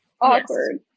Awkward